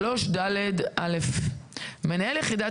הסמכת נציגי חברה מפעילה וסמכויותיהם 3ד. (א)מנהל יחידת